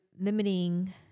limiting